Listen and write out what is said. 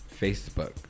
Facebook